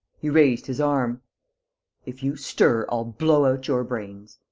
he raised his arm if you stir, i'll blow out your brains!